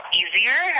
easier